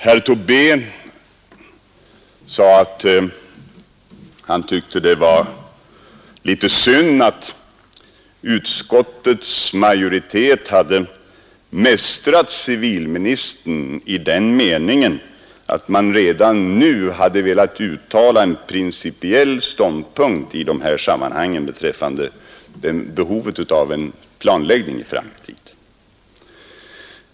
Herr Tobé tyckte det var litet synd att utskottets majoritet hade mästrat civilministern i den meningen att man redan nu hade velat uttala en principiell ståndpunkt beträffande behovet av en planläggning i framtiden.